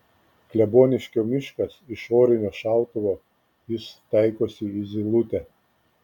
kleboniškio miškas iš orinio šautuvo jis taikosi į zylutę